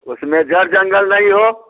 उसमें जड़ जंगल नहीं हो